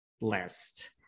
list